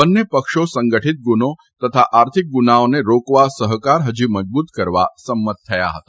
બન્ને પક્ષો સંગઠીત ગુના તથા આર્થિક ગુનાઓને રોકવા સહકાર હજી મજબૂત કરવા સંમત થયા હતા